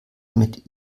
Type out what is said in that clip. mit